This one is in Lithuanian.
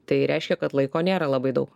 tai reiškia kad laiko nėra labai daug